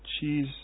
cheese